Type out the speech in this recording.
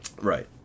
Right